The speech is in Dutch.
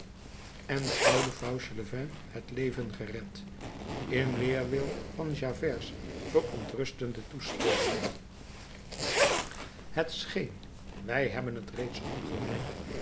en den ouden fauchelevent het leven gered in weerwil van javert's verontrustende toespelingen het scheen wij hebben het reeds opgemerkt